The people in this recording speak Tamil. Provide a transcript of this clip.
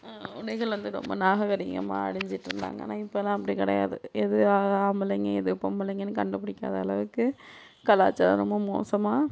உடைகள் வந்து ரொம்ப நாககரிகம்மாக அணிஞ்சிட் இருந்தாங்க ஆனால் இப்போல்லாம் அப்படி கிடையாது எது ஆம்பளைங்க எது பொம்பளைங்கன்னு கண்டுபிடிக்காத அளவுக்கு கலாச்சாரம் ரொம்ப மோசமாக